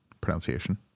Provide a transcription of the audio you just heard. pronunciation